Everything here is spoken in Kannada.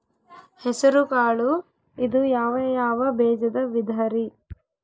ಹೆಸರುಕಾಳು ಇದು ಯಾವ ಬೇಜದ ವಿಧರಿ?